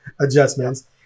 adjustments